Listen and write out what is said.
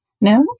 No